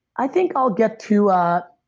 i think i'll get to ah